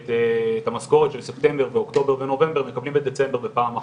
כשאת המשכורת של אוקטובר ונובמבר מקבלים בדצמבר בפעם אחת.